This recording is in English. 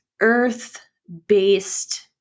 earth-based